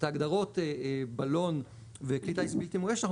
את ההגדרות בלון וכלי טיס בלתי מאויש אנחנו